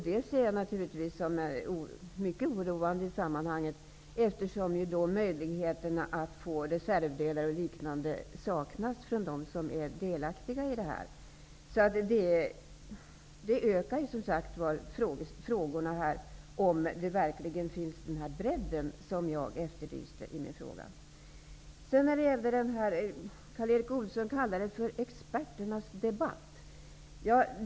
Det ser jag naturligtvis som mycket oroande, eftersom möjligheterna att få reservdelar och liknande därmed saknas för dem som är delaktiga. Det motiverar frågan om det verkligen finns den bredd som jag efterlyste i min interpellation. Karl Erik Olsson kallar det för experternas debatt.